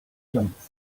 jumps